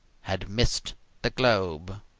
had missed the globe.